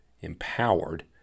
empowered